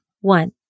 One